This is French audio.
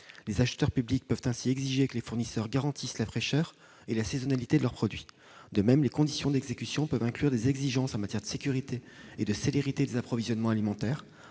Les acheteurs publics peuvent ainsi exiger que les fournisseurs garantissent la fraîcheur et la saisonnalité de leurs produits. De même, les conditions d'exécution peuvent inclure des exigences en matière de sécurité et de célérité des approvisionnements alimentaires.